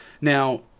Now